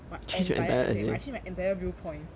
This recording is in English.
my entire essay I change my entire viewpoint